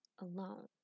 alone